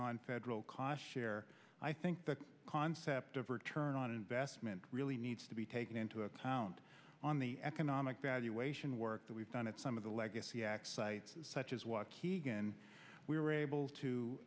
nonfederal cochere i think the concept of return on investment really needs to be taken into account on the economic valuation work that we've done at some of the legacy x sites such as what keegan we were able to